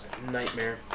Nightmare